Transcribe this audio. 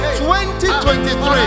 2023